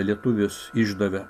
lietuvius išdavė